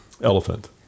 elephant